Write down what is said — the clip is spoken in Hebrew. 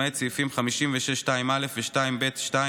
למעט סעיפים 56(2)(א) ו-(2)(ב)(2),